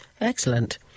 Excellent